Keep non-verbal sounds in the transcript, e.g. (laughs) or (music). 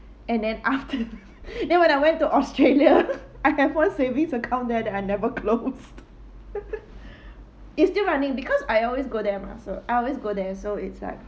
and then after (laughs) then when I went to australia I have one savings account that I never close (laughs) (breath) it's still running because I always go there mah so I always go there so it's like